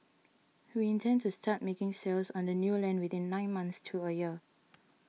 we intend to start making sales on the new land within nine months to a year